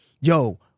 yo